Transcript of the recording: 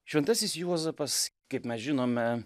šventasis juozapas kaip mes žinome